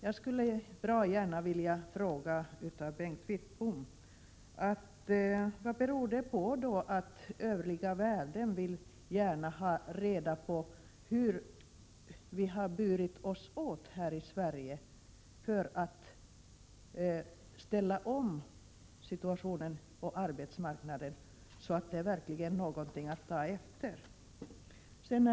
Jag skulle bra gärna vilja fråga Bengt Wittbom vad det beror på att den övriga världen gärna vill ha reda på hur vi har burit oss åt i Sverige för att ställa om situationen inom arbetsmarknaden så att det verkligen finns någonting att ta efter.